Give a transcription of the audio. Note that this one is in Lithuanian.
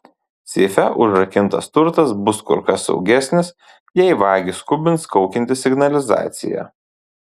seife užrakintas turtas bus kur kas saugesnis jei vagį skubins kaukianti signalizacija